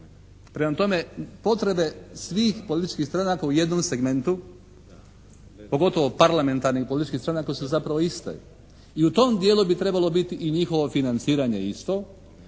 prema tome potrebe svih političkih stranaka u jednom segmentu, pogotovo parlamentarnih političkih stranaka su zapravo iste i u tom dijelu bi trebalo biti i njihovo financiranje isto,